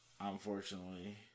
unfortunately